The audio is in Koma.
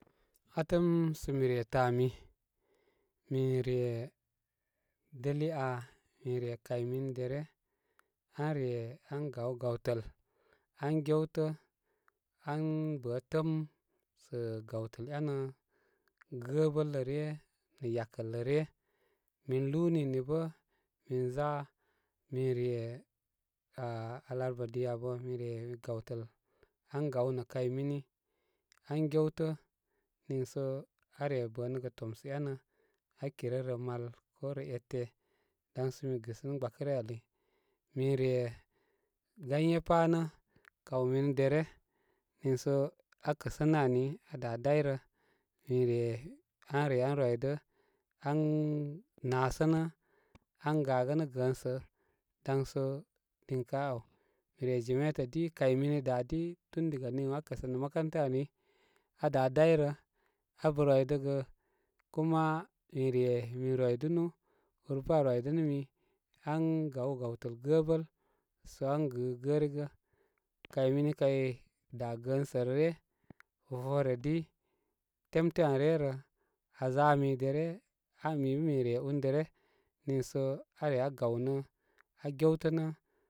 Atəm sə mi re tə ami min re, deli aa, min re kaymini derə, an re an gaw gwatəl an gewtə an bə təəm sə gawtəl enə gəəbəl lə ryə nə yakəl lə ryə min lúú nini bə minza min re áh alakarba di abə min re gawtəl an gaw nə kay mini an géw tə niisə are bənə gə tomsə éna, aa kirə rə mal korə ete dan sə mi gɨ sə min gbakə ryə ali min re ganye pá nə kawminu dere niisə aa kəsənə ani aa dayrə mire an re an an rwidə an naasənə an gagənə gəənsə dan so niŋkə aa aw mi re jimeta di kay mini da di tunda nii aa kəsənə makaranta ani, aa da dayrə, abə rwi dəgə kuma mire mi rwi dunu ur bə aa rwidənə mi an gaw gawtəl gəəbəl sə an gɨ gərigə kay mini kay, da gəəsə rə ryə, fufore di temte an re rə aa za mi derə mi bə min re ur derə niisə are aa gawnə aa gew tənə.